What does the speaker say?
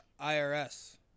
IRS